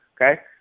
okay